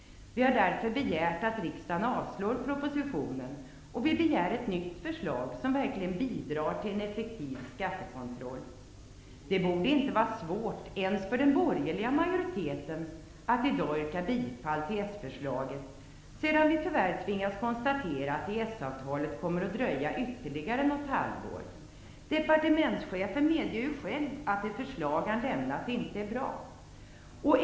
Vi har därför begärt att riksdagen avslår propositionen. Vi begär ett nytt förslag som verkligen bidrar till en effektiv skattekontroll. Det borde inte vara svårt ens för den borgerliga majoriteten att i dag yrka bifall till det socialdmokratiska förslaget, sedan vi tyvärr tvingats konstatera att EES-avtalet kommer ett dröja ytterligare något halvår. Departementschefen medger ju själv att det förslag han lämnat inte är bra.